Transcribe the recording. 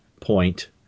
point